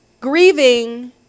Grieving